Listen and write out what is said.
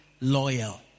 loyal